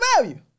value